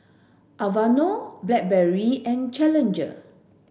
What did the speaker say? Aveeno Blackberry and Challenger